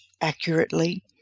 accurately